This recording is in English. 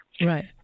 Right